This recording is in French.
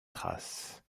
trace